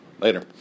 Later